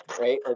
right